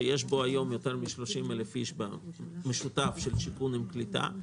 שיש בו היום יותר מ-30,000 אנשים במשותף של שיכון ושל קליטה,